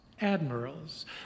admirals